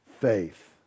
faith